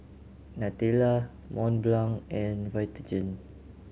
Nutella Mont Blanc and Vitagen